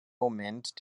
moment